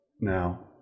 Now